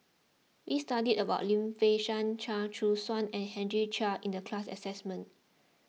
we studied about Lim Fei Shen Chia Choo Suan and Henry Chia in the class assignment